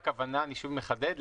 אני שוב מחדד,